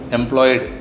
employed